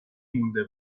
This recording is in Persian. مونده